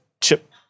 chip